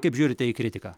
kaip žiūrite į kritiką